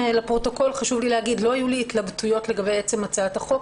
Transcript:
לפרוטוקול חשוב לי להגיד: לא היו לי התלבטויות לגבי עצם הצעת החוק,